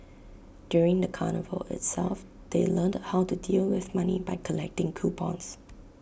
during the carnival itself they learnt how to deal with money by collecting coupons